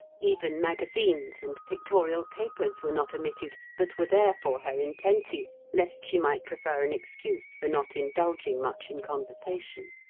even magazines and pictorial papers were not omitted, but were there for her in plenty lest she might prefer an excuse for not indulging much in conversation